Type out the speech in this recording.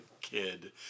kid